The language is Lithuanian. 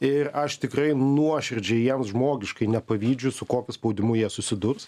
ir aš tikrai nuoširdžiai jiems žmogiškai nepavydžiu su kokiu spaudimu jie susidurs